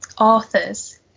authors